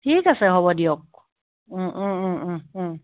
ঠিক আছে হ'ব দিয়ক